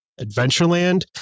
Adventureland